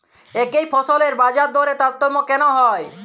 একই ফসলের বাজারদরে তারতম্য কেন হয়?